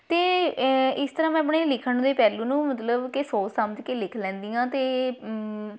ਅਤੇ ਏ ਇਸ ਤਰ੍ਹਾਂ ਮੈਂ ਆਪਣੇ ਲਿਖਣ ਦੀ ਪਹਿਲੂ ਨੂੰ ਮਤਲਬ ਕਿ ਸੋਚ ਸਮਝ ਕੇ ਲਿਖ ਲੈਂਦੀ ਹਾਂ ਅਤੇ